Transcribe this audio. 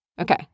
Okay